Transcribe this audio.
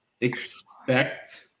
expect